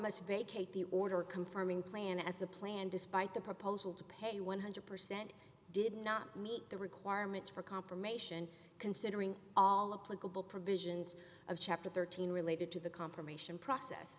vacate the order confirming plan as a plan despite the proposal to pay one hundred percent did not meet the requirements for confirmation considering all the political provisions of chapter thirteen related to the confirmation process